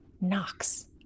knocks